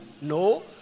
no